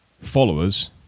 followers